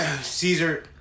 Caesar